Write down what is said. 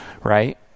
Right